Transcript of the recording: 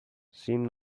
seemed